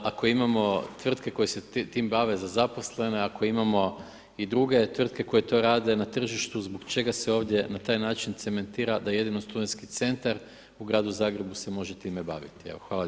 Ako imamo tvrtke koje se tim bave za zaposlene, ako imamo i druge tvrtke koje to rade na tržištu, zbog čega se ovdje na taj način cementira da jedino Studentski centar u Gradu Zagrebu se može time baviti, evo hvala lijepo.